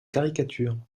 caricatures